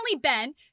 Ben